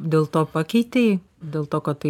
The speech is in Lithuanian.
dėl to pakeitei dėl to kad tai